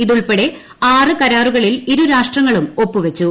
ഇതുൾപ്പെടെ ആറ് കരാറുകളിൽ ഇരുരാഷ്ട്രങ്ങളിൽ ഒപ്പുവച്ചു